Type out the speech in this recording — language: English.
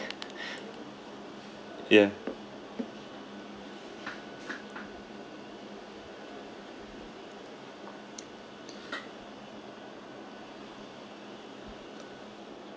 yeah